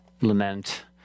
lament